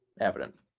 evident